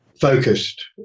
focused